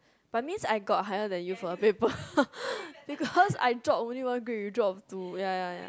but mean I got higher than you the paper because I drop only one grade you drop two